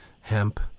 hemp